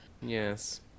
Yes